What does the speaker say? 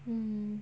mm